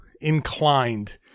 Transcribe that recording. inclined